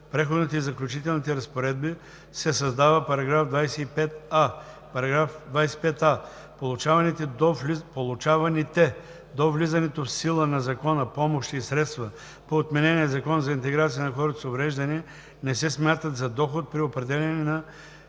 Преходните и заключителните разпоредби се създава § 25а: „§ 25а. Получаваните до влизането в сила на закона помощи и средства по отменения Закон за интеграция на хората с увреждания не се смятат за доход при определяне на